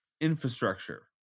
infrastructure